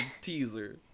teaser